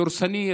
דורסני,